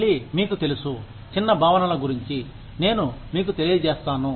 మళ్లీ మీకు తెలుసు చిన్న భావనల గురించి నేను మీకు తెలియజేస్తాను